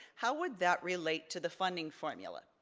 how would that relate to the funding formula?